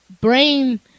brain